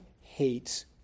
hates